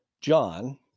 john